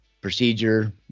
procedure